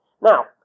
Now